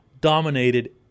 dominated